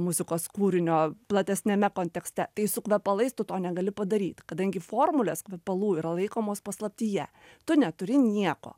muzikos kūrinio platesniame kontekste tai su kvepalais tu to negali padaryt kadangi formulės kvepalų yra laikomos paslaptyje tu neturi nieko